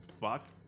Fuck